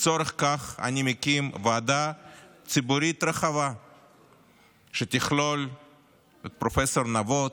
לצורך כך אני מקים ועדה ציבורית רחבה שתכלול את פרופ' נבות,